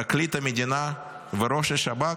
פרקליט המדינה וראש השב"כ,